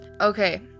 okay